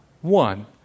One